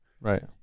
Right